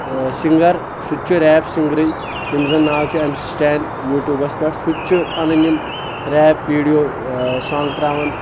singer سُہ تہِ چھُ ریپ سنٛگرٕے یٔمِس زن ناو چھُ اینسٹین یوٗٹیوٗبس پؠٹھ سُہ تہِ چھُ پنٕنۍ یِم ریپ ویٖڈیو سانگ ترٛاوان